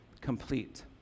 complete